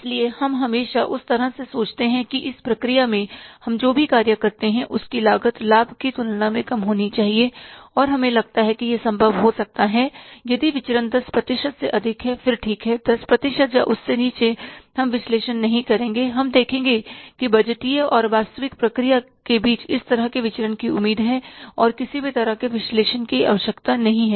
इसलिए हम हमेशा उस तरह से सोचते हैं कि इस प्रक्रिया में हम जो भी कार्य करते हैं उसकी लागत लाभ की तुलना में कम होनी चाहिए और हमें लगता है कि यह संभव हो सकता है यदि विचरन 10 प्रतिशत से अधिक हैं फिर ठीक है 10 प्रतिशत या उससे नीचे हम विश्लेषण नहीं करेंगे हम देखेंगे कि बजटीय और वास्तविक प्रक्रिया के बीच इस तरह के विचरन की उम्मीद है और किसी भी तरह के विश्लेषण की आवश्यकता नहीं है